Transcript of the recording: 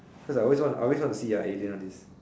cause I always wanna I always wanna see ah aliens all this